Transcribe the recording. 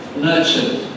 nurtured